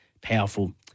Powerful